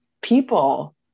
people